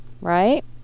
Right